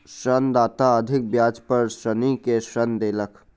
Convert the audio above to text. ऋणदाता अधिक ब्याज पर ऋणी के ऋण देलक